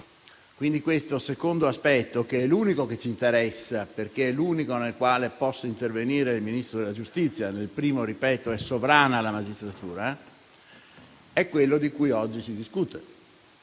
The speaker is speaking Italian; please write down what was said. Questo secondo aspetto, che è l'unico che ci interessa, perché è l'unico nel quale possa intervenire il Ministro della giustizia (nel primo, ripeto, è sovrana la magistratura), è quello di cui oggi si discute.